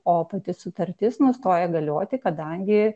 o pati sutartis nustoja galioti kadangi